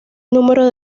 número